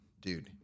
dude